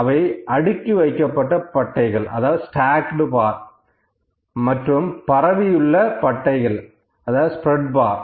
அவை அடுக்கி வைக்கப்பட்ட பட்டைகள் ஸ்டாக்டு பார் மற்றும் பரவியுள்ள பட்டைகள் ஸ்பிரட் பார்